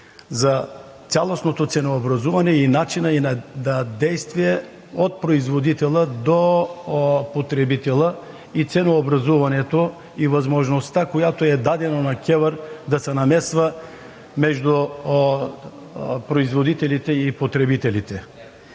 за цялостното ценообразуване и начина ѝ на действие от производителя до потребителя – и ценообразуването, и възможността, която е дадена на КЕВР, да се намесва между производителите и потребителите.